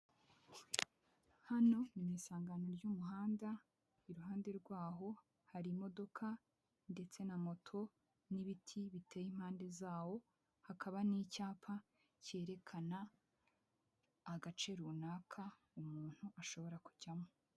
Hano mu isangano ry'umuhanda iruhande rwaho hari imodoka ndetse na moto n'ibiti biteye impande zawo hakaba n'icyapa cyerekana agace runaka umuntu ashobora kujyamo.